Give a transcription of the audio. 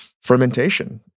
fermentation